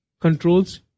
controls